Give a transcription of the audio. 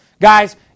Guys